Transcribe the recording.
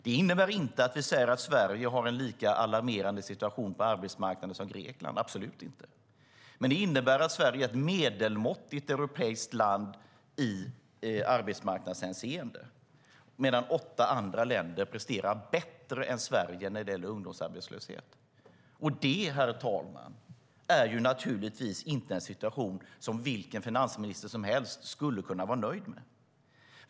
Det innebär inte att vi säger att Sverige har en lika alarmerande situation på arbetsmarknaden som Grekland, absolut inte, men det innebär att Sverige är ett medelmåttigt europeiskt land i arbetsmarknadshänseende. Åtta andra länder presterar bättre än Sverige när det gäller ungdomsarbetslöshet. Det är naturligtvis inte en situation som någon finansminister som helst skulle kunna vara nöjd med.